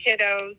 kiddos